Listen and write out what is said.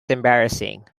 embarrassing